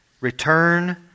return